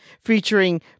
featuring